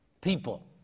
people